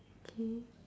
okay